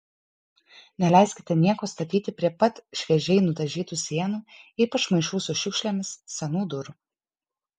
neleiskite nieko statyti prie pat šviežiai nudažytų sienų ypač maišų su šiukšlėmis senų durų